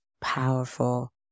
powerful